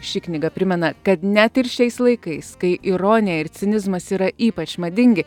ši knyga primena kad net ir šiais laikais kai ironija ir cinizmas yra ypač madingi